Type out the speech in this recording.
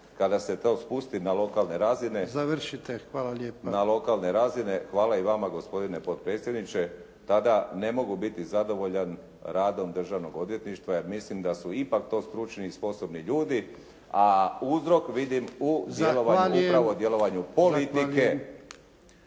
(HDSSB)** … na lokalne razine. Hvala i vama gospodine potpredsjedniče, tada ne mogu biti zadovoljan radom Državnog odvjetništva jer mislim da su ipak to stručni i sposobni ljudi, a uzrok vidim u djelovanju, upravo djelovanju politike.